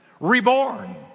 reborn